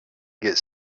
get